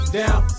down